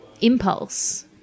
impulse